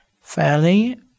fairly